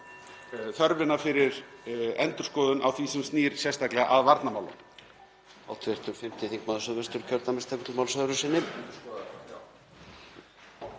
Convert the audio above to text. þörfina fyrir endurskoðun á því sem snýr sérstaklega að varnarmálunum.